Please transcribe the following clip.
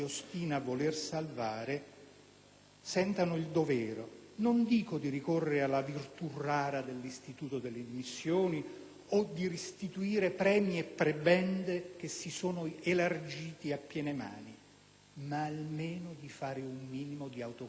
sentano il dovere, non dico di ricorrere alla virtù rara dell'istituto delle dimissioni o di restituire premi e prebende che si sono elargiti a piene mani, ma almeno di fare un minimo di autocritica; neppure quello.